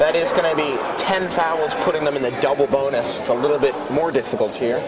that is going to be ten fowles putting them in the double bonus it's a little bit more difficult here